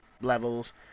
levels